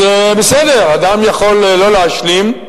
אז בסדר, אדם יכול לא להשלים,